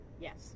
yes